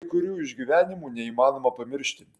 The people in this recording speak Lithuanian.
kai kurių išgyvenimų neįmanoma pamiršti